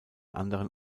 anderen